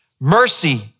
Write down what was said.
Mercy